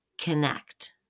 connect